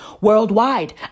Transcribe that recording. worldwide